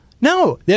No